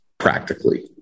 Practically